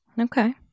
Okay